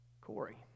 Corey